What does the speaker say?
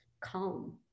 calm